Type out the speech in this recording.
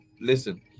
Listen